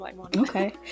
Okay